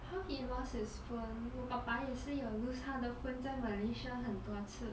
how he lost his phone 我爸爸也是有 lose 他的 phone 在 malaysia 很多次